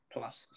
Plus